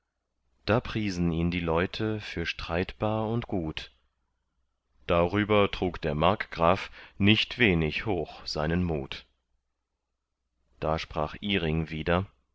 da priesen ihn die leute für streitbar und gut darüber trug der markgraf nicht wenig hoch seinen mut da sprach iring wieder